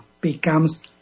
becomes